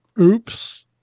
Oops